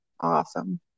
awesome